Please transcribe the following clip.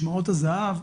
משמרות הזה"ב,